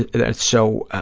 that's so, i